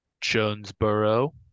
Jonesboro